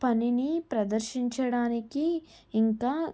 పనిని ప్రదర్శించడానికి ఇంకా